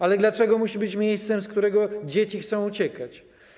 Ale dlaczego musi być miejscem, z którego dzieci chcą uciekać?